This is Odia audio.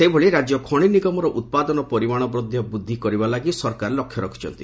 ସେହିଭଳି ରାକ୍ୟ ଖଶି ନିଗମର ଉପାଦନ ପରିମାଣ ମଧ୍ଧ ବୃଦ୍ଧି କରିବା ଲାଗି ସରକାର ଲକ୍ଷ୍ୟ ରଖିଛନ୍ତି